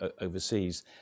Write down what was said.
overseas